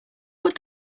what